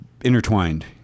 intertwined